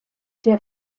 der